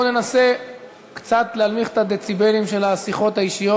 בואו ננסה קצת להנמיך את הדציבלים של השיחות האישיות,